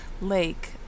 Lake